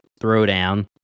throwdown